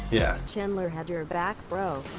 yeah. chandler had your back, bro.